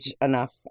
enough